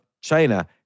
China